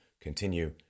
continue